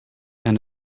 and